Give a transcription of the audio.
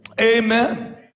amen